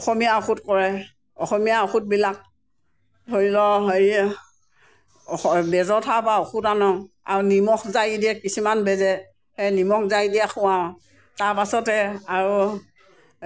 অসমীয়া ঔষধ কৰে অসমীয়া ঔষধবিলাক ধৰি লওক হেৰিয়ে অস বেজৰ ঠাইৰপৰা ঔষধ আনোঁ আৰু নিমখ জাৰি দিয়ে কিছুমান বেজে সেই নিমখ জাৰি দিয়া খোৱাওঁ তাৰপাছতে আৰু